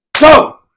go